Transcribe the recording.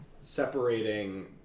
separating